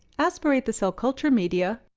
aspirate the cell culture media